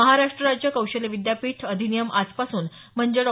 महाराष्ट्र राज्य कौशल्य विद्यापीठ अधिनियम आजपासून म्हणजे डॉ